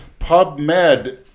PubMed